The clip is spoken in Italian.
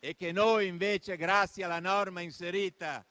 e che noi, invece, grazie alla norma inserita